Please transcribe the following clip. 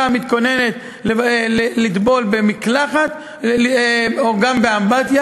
מתכוננת להשתמש במקלחת או גם באמבטיה.